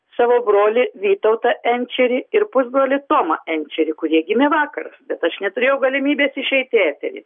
savo brolį vytautą enčerį ir pusbrolį tomą enčerį kurie gimė vakar bet aš neturėjau galimybės išeit į eterį